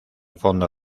fondo